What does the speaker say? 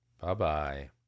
bye-bye